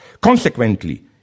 Consequently